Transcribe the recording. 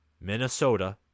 Minnesota